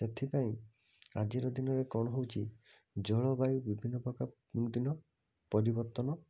ସେଥିପାଇଁ ଆଜିର ଦିନରେ କ'ଣ ହେଉଛି ଜଳବାୟୁ ବିଭିନ୍ନ ପ୍ରକାର ଦିନ ପରିବର୍ତ୍ତନ